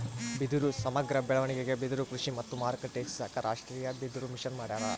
ಬಿದಿರು ಸಮಗ್ರ ಬೆಳವಣಿಗೆಗೆ ಬಿದಿರುಕೃಷಿ ಮತ್ತು ಮಾರುಕಟ್ಟೆ ಹೆಚ್ಚಿಸಾಕ ರಾಷ್ಟೀಯಬಿದಿರುಮಿಷನ್ ಮಾಡ್ಯಾರ